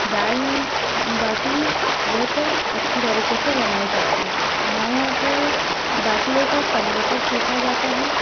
दाल बाटी बहुत अच्छी तरीके से बनाई जाती है हमारे यहाँ पर बाटी को कंडे पर सेंका जाता है